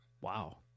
wow